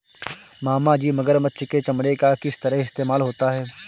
मामाजी मगरमच्छ के चमड़े का किस तरह इस्तेमाल होता है?